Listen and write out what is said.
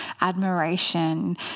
admiration